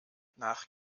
nach